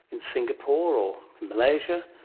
in singapore or malaysia,